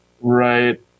Right